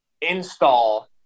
install